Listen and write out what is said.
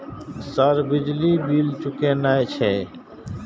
Sir बिजली bill चूकेना छे?